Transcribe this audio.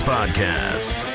Podcast